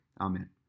Amen